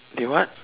okay what